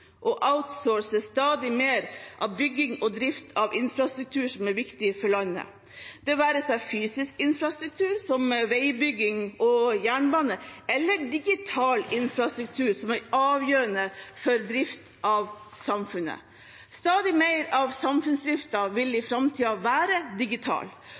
og outsource stadig mer av bygging og drift av infrastruktur som er viktig for landet, det være seg fysisk infrastruktur, som veibygging og jernbane, eller digital infrastruktur som er avgjørende for drift av samfunnet. Stadig mer av samfunnsdriften vil i framtiden være digital.